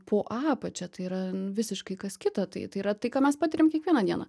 po apačia tai yra visiškai kas kita tai tai yra tai ką mes patiriam kiekvieną dieną